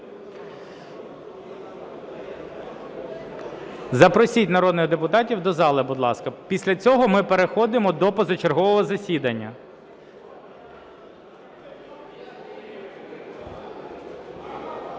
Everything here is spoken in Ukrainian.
Запросіть народних депутатів до зали, будь ласка, після цього ми переходимо до позачергового засідання.